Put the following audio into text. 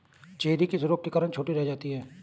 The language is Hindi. चेरी किस रोग के कारण छोटी रह जाती है?